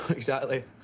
exactly.